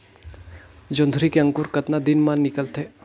जोंदरी के अंकुर कतना दिन मां निकलथे?